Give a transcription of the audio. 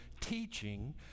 teaching